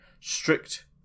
strict